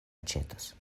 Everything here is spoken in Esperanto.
aĉetos